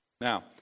Now